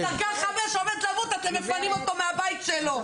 דרגה חמש עומד למות אתם מפנים אותו מהבית שלו,